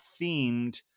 themed